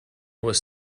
was